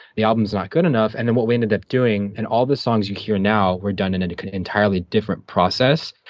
the album's not good enough. and then what we ended up doing, and all the songs you hear now, were done in and an entirely different process,